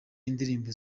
indirimbo